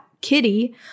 Kitty